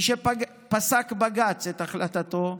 משפסק בג"ץ את החלטתו,